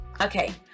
Okay